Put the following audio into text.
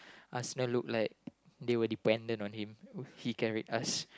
Arsenal look like they were dependent on him he carried us